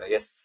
Yes